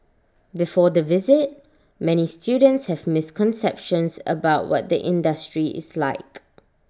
before the visit many students have misconceptions about what the industry is like